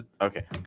Okay